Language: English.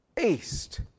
east